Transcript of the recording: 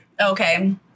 okay